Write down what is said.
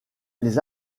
les